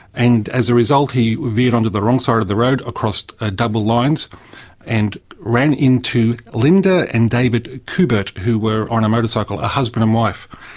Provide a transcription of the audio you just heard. and as a result he veered onto the wrong side of the road across ah double lines and ran into linda and david kubert who were on a motorcycle, a husband and wife.